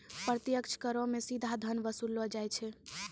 प्रत्यक्ष करो मे सीधा धन वसूललो जाय छै